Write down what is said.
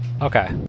Okay